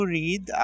read